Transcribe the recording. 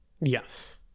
Yes